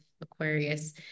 Aquarius